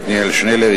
עתניאל שנלר,